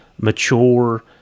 mature